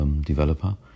developer